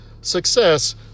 success